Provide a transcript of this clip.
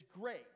great